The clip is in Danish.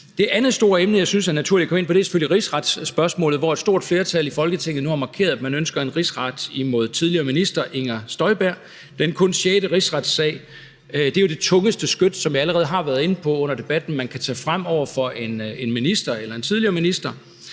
Det andet store emne, jeg synes det er naturligt at komme ind på, er selvfølgelig spørgsmålet om rigsretten, hvor et stort flertal i Folketinget nu har markeret, at man ønsker en rigsret imod tidligere minister Inger Støjberg. Det er kun den sjette rigsretssag, og det er jo det tungeste skyts, hvilket jeg allerede har været inde på under debatten, som man kan tage frem over for en minister eller en tidligere minister.